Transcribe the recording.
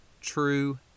true